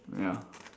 ya